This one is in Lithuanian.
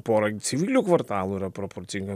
porą civilių kvartalų yra proporcinga